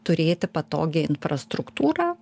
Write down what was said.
turėti patogią infrastruktūrą